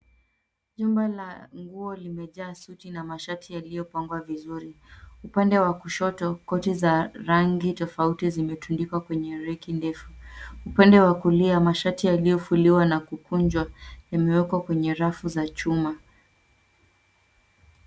Nyumba la nguo limejaa suti na mashati yaiopangwa vizuri . Upande wa koshoto, koti la rangi tafauti zimetandikwa kwenye reki ndefu, upande wa kulia, mashati yaliofuliwa na kukunjwa imewekwa kwenye rafu za chuma.